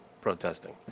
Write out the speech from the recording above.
protesting